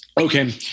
Okay